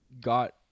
got